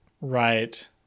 Right